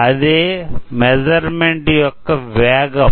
అదే మెస్సుర్మెంట్ యొక్క వేగం